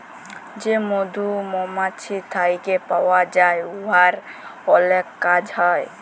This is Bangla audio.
যে মধু মমাছি থ্যাইকে পাউয়া যায় উয়ার অলেক কাজ হ্যয়